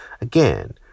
again